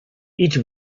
each